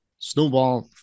snowball